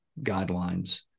guidelines